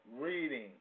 reading